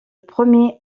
premier